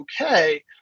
okay